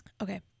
Okay